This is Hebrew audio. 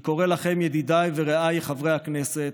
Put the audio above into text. אני קורא לכם, ידידיי ורעיי חברי הכנסת: